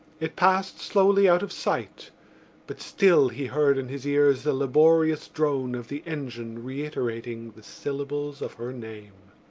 it passed slowly out of sight but still he heard in his ears the laborious drone of the engine reiterating the syllables of her name.